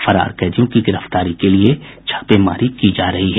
फरार कैदियों की गिरफ्तारी के लिए छापेमारी की जा रही है